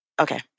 Okay